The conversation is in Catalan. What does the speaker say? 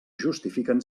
justifiquen